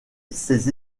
ses